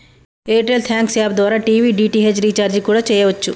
air tell thanks app ద్వారా TV DTH recharge కూడా చెయ్యచ్చు